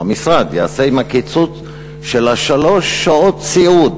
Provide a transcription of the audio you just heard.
או מה יעשה המשרד עם הקיצוץ של שלוש שעות סיעוד,